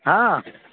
ହଁ